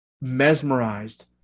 mesmerized